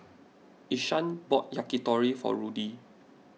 Ishaan bought Yakitori for Rudy